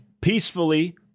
peacefully